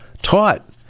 taught